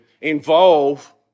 involve